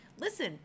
Listen